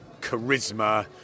charisma